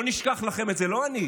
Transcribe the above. לא נשכח לכם את זה, לא אני,